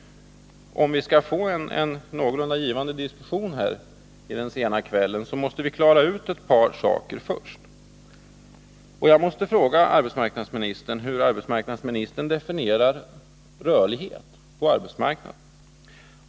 Om vi skall få en någorlunda givande diskussion här i den sena kvällen måste vi först klara ut ett par saker. Jag vill fråga arbetsmarknadsministern hur han definierar begreppet rörlighet på arbetsmarknaden.